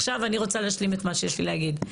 עכשיו אני רוצה להשלים את מה שיש לי להגיד.